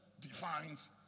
defines